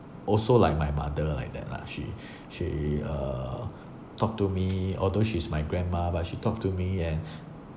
also like my mother like that lah she she uh talk to me although she's my grandma but she talk to me and